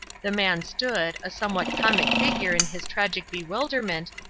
the man stood, a somewhat comic figure in his tragic bewilderment,